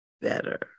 better